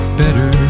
better